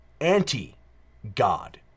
anti-God